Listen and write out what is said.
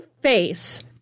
face